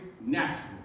natural